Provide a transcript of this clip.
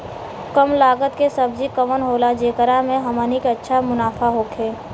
कम लागत के सब्जी कवन होला जेकरा में हमनी के अच्छा मुनाफा होखे?